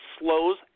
slows